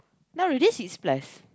now already six plus